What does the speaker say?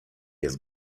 jest